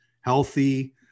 healthy